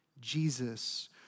Jesus